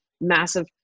massive